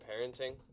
parenting